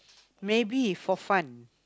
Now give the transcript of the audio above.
maybe for fun